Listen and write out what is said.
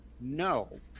No